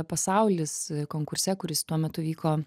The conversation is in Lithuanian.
pasaulis konkurse kuris tuo metu vyko